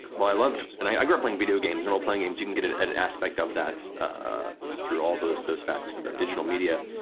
well i loved, and i grew up playing video games and roleplaying games, you can get an an aspect of that through all those those facets of digital media,